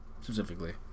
specifically